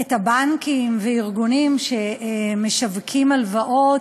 את הבנקים וארגונים שמשווקים הלוואות